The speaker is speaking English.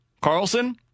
Carlson